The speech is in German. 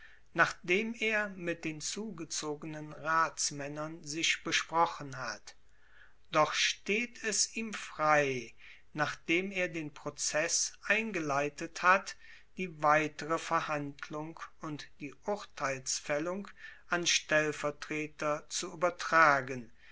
nachdem er mit den zugezogenen ratsmaennern sich besprochen hat doch steht es ihm frei nachdem er den prozess eingeleitet hat die weitere verhandlung und die urteilsfaellung an stellvertreter zu uebertragen